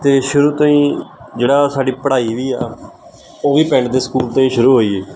ਅਤੇ ਸ਼ੁਰੂ ਤੋਂ ਹੀ ਜਿਹੜਾ ਸਾਡੀ ਪੜ੍ਹਾਈ ਵੀ ਆ ਉਹ ਵੀ ਪਿੰਡ ਦੇ ਸਕੂਲ ਤੋਂ ਹੀ ਸ਼ੁਰੂ ਹੋਈ